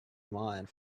mind